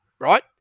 right